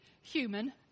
human